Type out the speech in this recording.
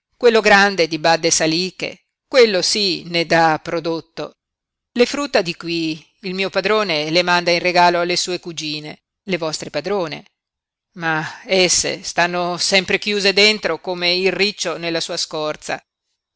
quello grande di badde saliche quello sí ne dà prodotto le frutta di qui il mio padrone le manda in regalo alle sue cugine le vostre padrone ma esse stanno sempre chiuse dentro come il riccio nella sua scorza